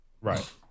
Right